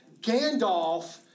Gandalf